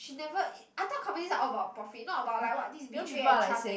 she never ev~ I thought companies are all about profit not about like what this is betray and trust and